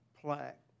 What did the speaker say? plaque